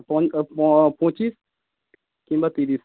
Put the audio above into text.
পঁচিশ কিংবা ত্রিশ